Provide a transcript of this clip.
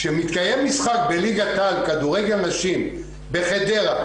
כשמתקיים משחק בליגת על כדורגל נשים בחדרה,